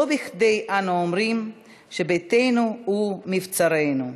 לא בכדי אנו אומרים שביתנו הוא מבצרנו.